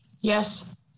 Yes